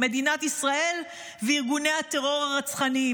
מדינת ישראל וארגוני הטרור הרצחניים,